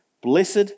Blessed